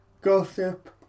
gossip